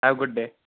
have good day